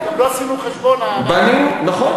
לא עשינו חשבון, בנינו, נכון.